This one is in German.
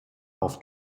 auf